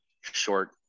short